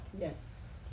Yes